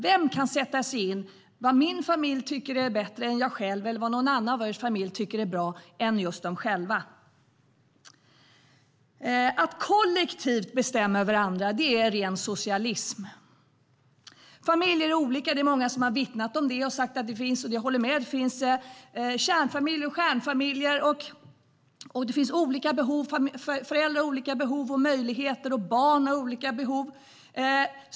Vem kan sätta sig in i vad min familj tycker är bättre än jag själv eller vad någon annan i en familj tycker är bra än just de själva? Att kollektivt bestämma över andra är ren socialism. Familjer är olika. Det är många som har vittnat om det, och jag håller med - det finns kärnfamiljer och stjärnfamiljer, föräldrar har olika behov och möjligheter, och barn har olika behov.